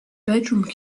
bedroom